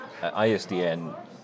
ISDN